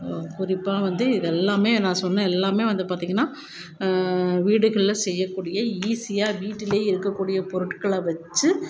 குறிப்பாக வந்து இது எல்லாமே நான் சொன்ன எல்லாமே வந்து பார்த்தீங்கன்னா வீடுகளில் செய்யக்கூடிய ஈஸியாக வீட்டில் இருக்கக்கூடிய பொருட்களை வச்சு